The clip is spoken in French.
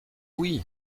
oui